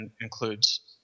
includes